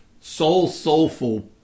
soul-soulful